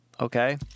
okay